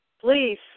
Please